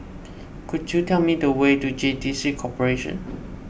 could you tell me the way to J T C Corporation